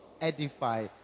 edify